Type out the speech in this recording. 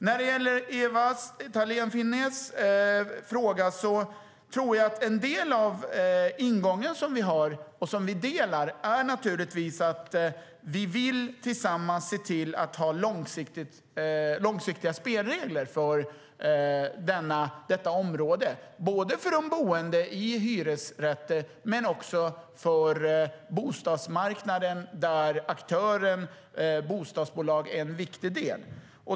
När det gäller Ewa Thalén Finnés fråga tror jag att ingången är att vi tillsammans vill se till att ha långsiktiga spelregler för detta område, både för de boende i hyresrätter och för bostadsmarknaden, där bostadsbolagen som aktörer är en viktig del.